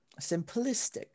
Simplistic